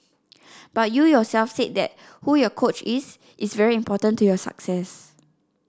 but you yourself said that who your coach is is very important to your success